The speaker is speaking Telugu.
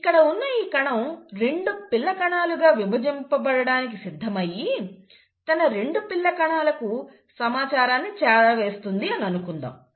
ఇక్కడ ఉన్న ఈ కణం రెండు పిల్ల కణాలుగా విభజింపబడడానికి సిద్ధమయ్యి తన రెండు పిల్ల కణాలకు సమాచారాన్ని చేరవేస్తుంది అని అనుకుందాం